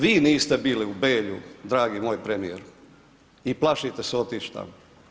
Vi niste bili u Belju, dragi moj premijeru i plašite se otići tamo.